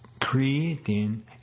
creating